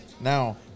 Now